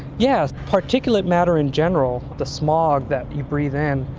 yes, particulate matter in general, the smog that you breathe in,